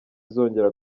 izongera